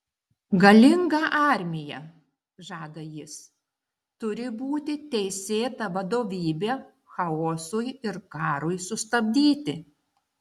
galinga armija žada jis turi būti teisėta vadovybė chaosui ir karui sustabdyti